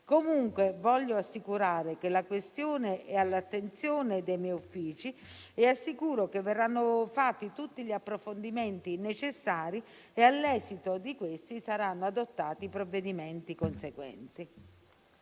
comunque assicurare che la questione è all'attenzione dei miei uffici e verranno fatti tutti gli approfondimenti necessari, all'esito dei quali saranno adottati i provvedimenti conseguenti.